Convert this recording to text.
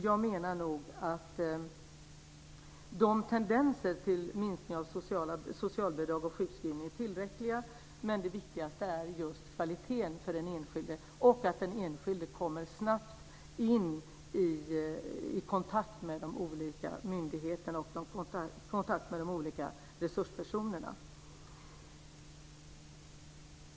Jag menar nog att de tendenser till en minskning av socialbidrag och sjukskrivningar är tillräckliga, men det viktiga är kvaliteten för den enskilde och att den enskilde snabbt kommer i kontakt med de olika myndigheterna och de olika resurspersonerna.